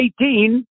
18